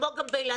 כמו גם באילת.